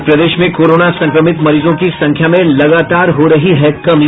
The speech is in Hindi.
और प्रदेश में कोरोना संक्रमित मरीजों की संख्या में लगातार हो रही है कमी